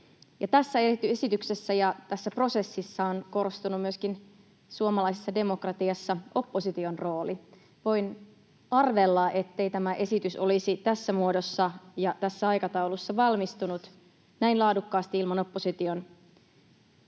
Tässä esityksessä ja tässä prosessissa on korostunut myöskin opposition rooli suomalaisessa demokratiassa. Voin arvella, ettei tämä esitys olisi tässä muodossa ja tässä aikataulussa valmistunut näin laadukkaasti ilman opposition